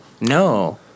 no